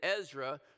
Ezra